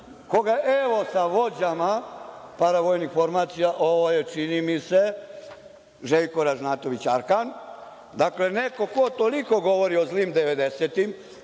koga evo sa vođama paravojnih formacija, ovo je, čini mi se, Željko Ražnatović Arkan. Dakle, neko ko toliko govori o zlim